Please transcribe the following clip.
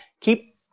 Keep